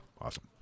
Awesome